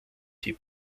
die